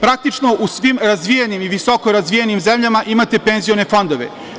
Praktično, u svim razvijenim i visoko razvijenim zemljama imate penzione fondove.